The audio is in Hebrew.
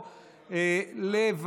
(תיקון, גיל העובד), התשפ"א 2021,